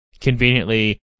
Conveniently